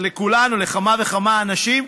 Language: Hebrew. לכמה וכמה אנשים כאן,